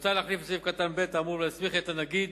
מוצע להחליף את סעיף קטן (ב) האמור ולהסמיך את הנגיד,